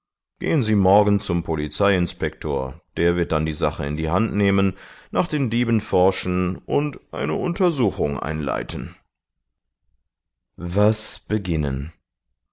gehen sie morgen zu dem polizeiinspektor der wird dann die sache in die hand nehmen nach den dieben forschen und eine untersuchung einleiten was beginnen